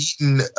eaten